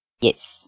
Yes